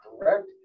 correct